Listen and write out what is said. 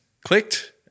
clicked